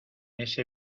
ese